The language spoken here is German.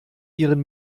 ihren